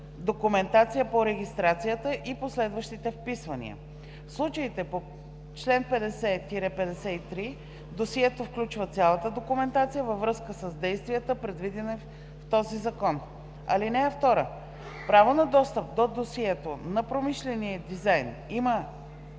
документация по регистрацията и последващите вписвания. В случаите по чл. 50 – 53 досието включва цялата документация във връзка с действията, предвидени в този закон. (2) Право на достъп до досието на промишления дизайн имат